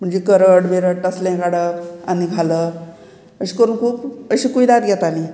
म्हणजे करड विरट तसलें काडप आनी घालप अशें करून खूब अशी कुयदाद घेतालीं